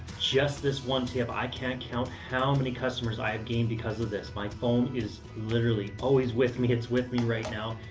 just this one tip, i can't count how many customers i have gained because of this. my phone is literally always with me. it's with me right now.